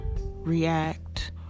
react